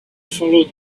follow